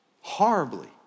horribly